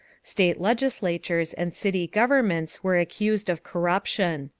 state legislatures and city governments were accused of corruption.